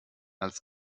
als